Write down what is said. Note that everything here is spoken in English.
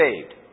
saved